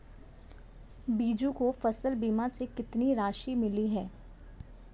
बीजू को फसल बीमा से कितनी राशि मिली है?